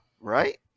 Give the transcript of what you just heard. Right